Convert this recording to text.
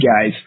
guys